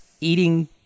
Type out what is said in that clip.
eating